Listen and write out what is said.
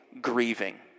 grieving